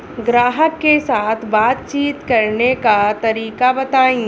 ग्राहक के साथ बातचीत करने का तरीका बताई?